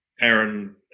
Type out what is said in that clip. Aaron